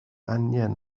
angen